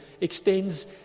extends